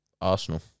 Arsenal